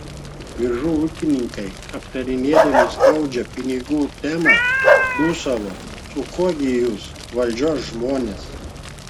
biržų ūkininkai aptarinėdami skaudžią pinigų temą dūsavo su kuo gi jūs valdžios žmonės